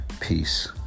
Peace